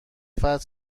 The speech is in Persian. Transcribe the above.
فتح